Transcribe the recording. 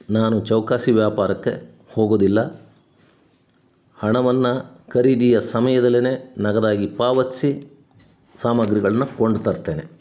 ನಾನು ಚೌಕಾಸಿ ವ್ಯಾಪಾರಕ್ಕೆ ಹೋಗೋದಿಲ್ಲ ಹಣವನ್ನು ಖರೀದಿಯ ಸಮಯದಲ್ಲೆ ನಗದಾಗಿ ಪಾವತಿಸಿ ಸಾಮಾಗ್ರಿಗಳನ್ನ ಕೊಂಡು ತರ್ತೇನೆ